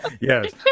yes